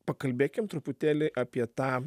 pakalbėkim truputėlį apie tą